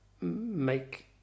make